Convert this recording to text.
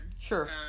Sure